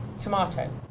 Tomato